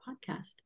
podcast